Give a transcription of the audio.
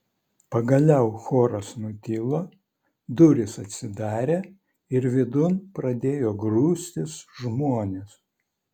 pagaliau choras nutilo durys atsidarė ir vidun pradėjo grūstis žmonės